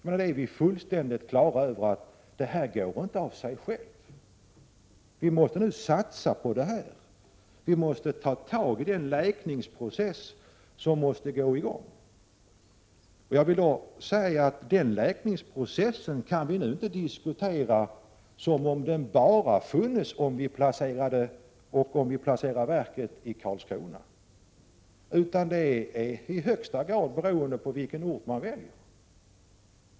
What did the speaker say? Vi är fullständigt klara över att det här inte går av sig självt. Vi måste satsa och ta tag i den läkningsprocess som måste gå i gång. Jag vill då säga att den processen kan vi inte diskutera som om den bara funnes om vi placerar verket i Karlskrona, utan den är i högsta grad beroende av vilken ort man väljer.